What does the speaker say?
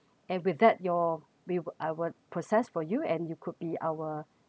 and with that your we I will process for you and you could be our